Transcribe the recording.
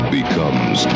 becomes